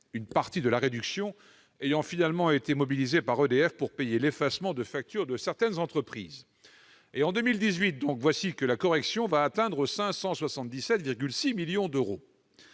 une partie de la réduction ayant finalement été mobilisée par EDF pour payer l'effacement des factures de certaines entreprises. En 2018, la correction atteindra 577,6 millions d'euros.